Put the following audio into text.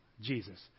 Jesus